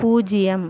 பூஜ்ஜியம்